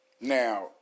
Now